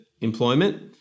employment